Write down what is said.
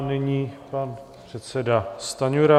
Nyní pan předseda Stanjura.